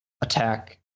attack